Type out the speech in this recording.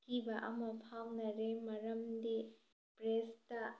ꯑꯀꯤꯕ ꯑꯃ ꯐꯥꯎꯅꯔꯦ ꯃꯔꯝꯗꯤ ꯄ꯭ꯔꯦꯁꯇ